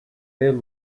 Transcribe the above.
ill